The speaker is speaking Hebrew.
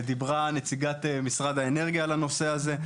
נציגת משרד האנרגיה דיברה על הנושא הזה.